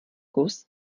kus